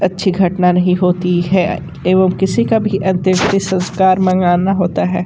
अच्छी घटना नहीं होती है एवं किसी का भी अंतेष्टि संस्कार मनाना होता है